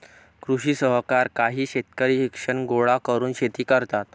कृषी सहकार काही शेतकरी शिक्षण गोळा करून शेती करतात